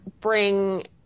bring